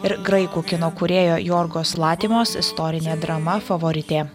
ir graikų kino kūrėjo jorgos latimos istorinė drama favoritė